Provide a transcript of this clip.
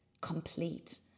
complete